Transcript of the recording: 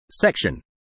Section